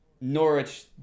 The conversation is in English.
Norwich